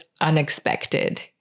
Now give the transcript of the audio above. unexpected